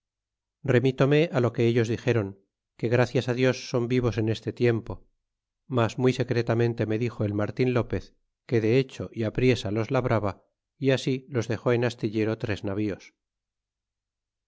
montezuma remítome lo que ellos dixe ren que gracias dios son vivos en este tiempo mas muy secretamente me dixo el martin lopez que de hecho y apriesa los labraba y así los dexá en astillero tres navíos